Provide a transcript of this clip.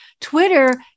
Twitter